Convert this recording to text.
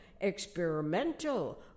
experimental